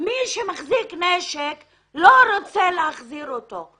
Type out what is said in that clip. מי שמחזיק נשק לא רוצה להחזיר אותו.